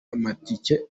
amatike